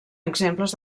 exemples